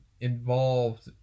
involved